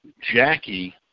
Jackie